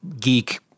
geek